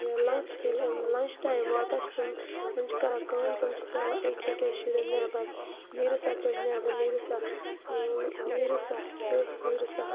یہِ لنٛچ ییٚلہِ lunch time واتان چھِ تِم تِم چھِ کَران کٲم تِم چھِ ترٛاوان اَکہِ اَکہِ شُرٮ۪ن نٮ۪بَر نیٖرِو سا تُہۍ نٮ۪بَر نیٖرِو سا نیٖرِو سا تُہۍ نیٖرِو سا